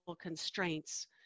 constraints